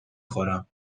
خورم